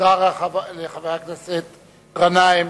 תודה לחבר הכנסת גנאים.